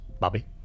Bobby